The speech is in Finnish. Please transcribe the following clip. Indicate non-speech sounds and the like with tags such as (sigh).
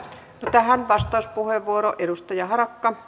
tähän vastauspuheenvuoro edustaja harakka (unintelligible)